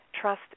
Trust